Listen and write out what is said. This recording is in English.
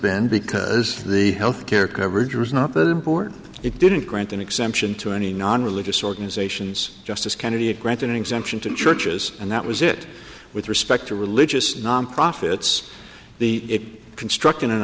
been because the health care coverage was not that important it didn't grant an exemption to any non religious organizations justice kennedy had granted an exemption to churches and that was it with respect to religious non profits the construction and